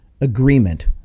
agreement